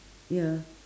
ya